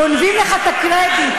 גונבים לך את הקרדיט.